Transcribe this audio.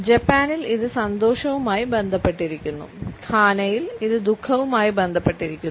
ജപ്പാനിൽ ഇത് സന്തോഷവുമായി ബന്ധപ്പെട്ടിരിക്കുന്നു ഘാനയിൽ ഇത് ദുഖവുമായി ബന്ധപ്പെട്ടിരിക്കുന്നു